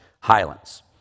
Highlands